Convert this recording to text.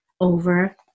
over